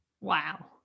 Wow